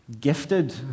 gifted